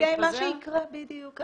כן, מה שיקרה, בדיוק.